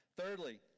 Thirdly